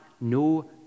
no